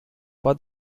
for